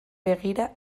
begira